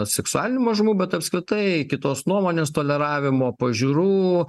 seksualinių mažumų bet apskritai kitos nuomonės toleravimo pažiūrų